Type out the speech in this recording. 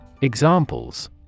Examples